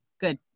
Good